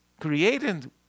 created